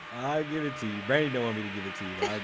i'll give it to you. brandi don't want me to give it to you but like